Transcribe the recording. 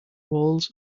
walls